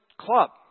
club